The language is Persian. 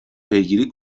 پیگیری